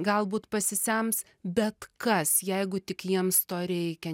galbūt pasisems bet kas jeigu tik jiems to reikia